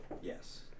Yes